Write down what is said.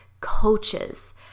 coaches